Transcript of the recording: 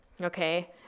okay